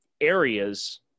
areas